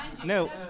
No